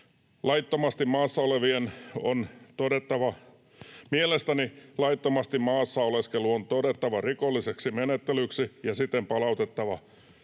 Mielestäni laittomasti maassa oleskelu on todettava rikolliseksi menettelyksi ja siten palautettava